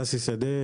שמי ששי שדה,